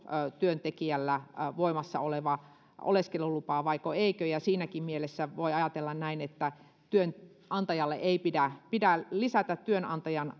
työntekijällä voimassa oleva oleskelulupa vaiko ei siinäkin mielessä voi ajatella näin että työnantajalle ei pidä pidä lisätä työnantajan